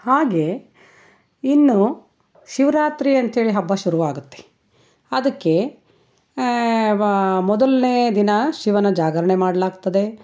ಹಾಗೇ ಇನ್ನು ಶಿವರಾತ್ರಿ ಅಂತೇಳಿ ಹಬ್ಬ ಶುರುವಾಗುತ್ತೆ ಅದಕ್ಕೆ ಬ ಮೊದಲ್ನೇ ದಿನ ಶಿವನ ಜಾಗರಣೆ ಮಾಡಲಾಗ್ತದೆ